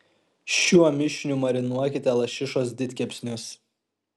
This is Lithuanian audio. šiuo mišiniu marinuokite lašišos didkepsnius